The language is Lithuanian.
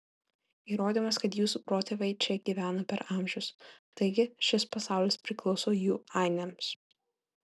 įrodymas kad jūsų protėviai čia gyveno per amžius taigi šis pasaulis priklauso jų ainiams